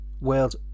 world